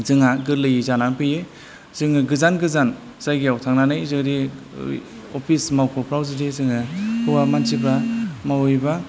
जोंहा गोरलै जानानै फैयो जोंङो गोजान गोजान जायगायाव थांनानै जों अफिस मावख'फ्राव जुदि जोङो हौवा मानथिफ्रा महैयोबा